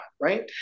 right